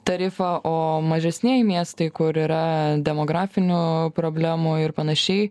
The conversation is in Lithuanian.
tarifą o mažesnieji miestai kur yra demografinių problemų ir panašiai